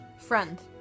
friend